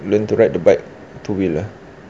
learn to ride the bike two wheeler